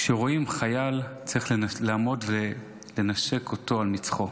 כשרואים חייל צריך לעמוד ולנשק אותו על מצחו.